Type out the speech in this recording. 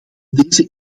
deze